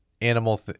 animal